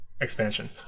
expansion